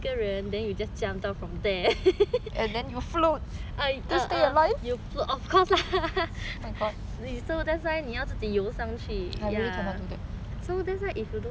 you float of course lah that's why 你要自己游上去 that's why if you don't know how to 游泳 then better don't